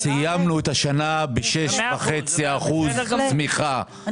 סימנו את השנה ב-16.5% צמיחה.